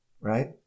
right